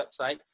website